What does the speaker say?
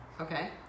Okay